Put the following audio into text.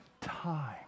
time